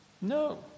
No